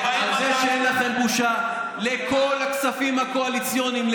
לכל הכספים הקואליציוניים,